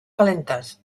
calentes